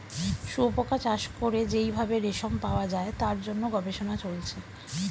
শুয়োপোকা চাষ করে যেই ভাবে রেশম পাওয়া যায় তার জন্য গবেষণা চলছে